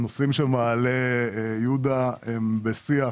הנושאים שמעלה יהודה הם בשיח